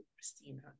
Christina